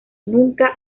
nunca